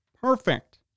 Perfect